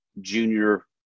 junior